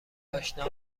آشنا